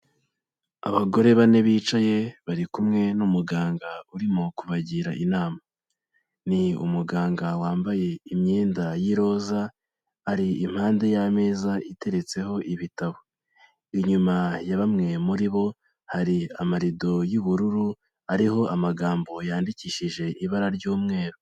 Abagore bane bicaye bari kumwe n'umuganga urimo kubagira inama, ni umuganga wambaye imyenda y'iroza ari impande y'ameza iteretseho ibitabo, inyuma ya bamwe muri bo hari amarido y'ubururu ariho amagambo yandikishije ibara ry'umweru.